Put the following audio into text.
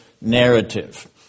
narrative